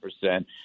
percent